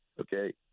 okay